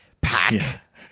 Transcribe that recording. pack